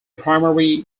primary